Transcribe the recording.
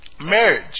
Marriage